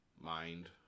mind